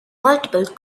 multiple